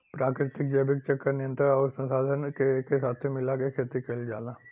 प्राकृतिक जैविक चक्र क नियंत्रण आउर संसाधन के एके साथे मिला के खेती कईल जाला